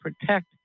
protect